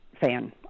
fan